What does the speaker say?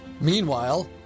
Meanwhile